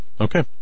okay